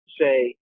say